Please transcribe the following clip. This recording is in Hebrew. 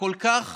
הכל-כך